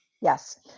Yes